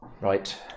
right